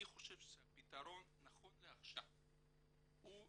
אני חושב שהפתרון נכון לעכשיו נמצא